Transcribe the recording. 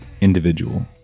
individual